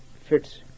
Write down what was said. fits